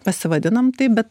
pasivadinom taip bet